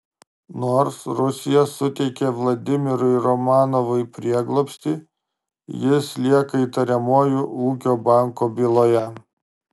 nors rusija suteikė vladimirui romanovui prieglobstį jis lieka įtariamuoju ūkio banko byloje